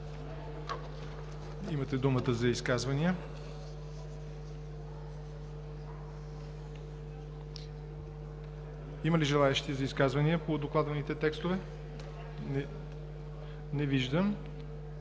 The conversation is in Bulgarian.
Имате думата за изказвания. Има ли желаещи за изказвания по докладваните текстове? Не виждам.